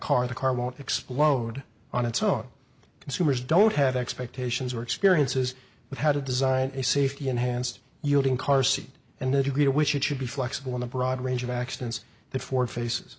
car the car won't explode on its own consumers don't have expectations or experiences with how to design a safety enhanced yielding car seat and the degree to which it should be flexible in a broad range of accidents that ford face